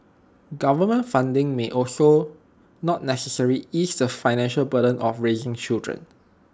government funding may also not necessarily ease the financial burden of raising children